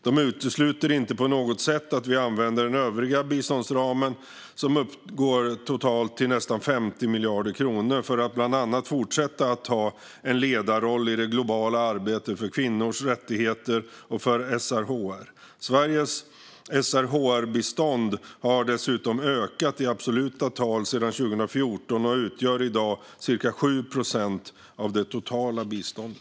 De utesluter inte på något sätt att vi använder den övriga biståndsramen, som totalt uppgår till nästan 50 miljarder kronor, för att bland annat fortsätta att ta en ledarroll i det globala arbetet för kvinnors rättigheter och för SRHR. Sveriges SRHR-bistånd har dessutom ökat i absoluta tal sedan 2014 och utgör i dag ca 7 procent av det totala biståndet.